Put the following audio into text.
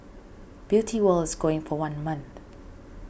Beauty World is going for one month